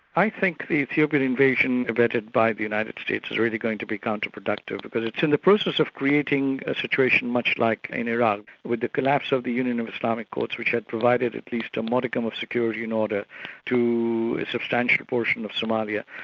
i think the ethiopian invasion abetted by the united states is really going to be counterproductive because it's in the process of creating a situation much like in iraq, with the collapse of the union of islamic courts which have provided at least a modicum of security in order to a substantial portion of somalia.